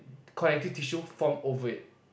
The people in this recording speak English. the connective tissue form over it